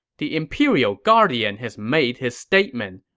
the imperial guardian has made his statement.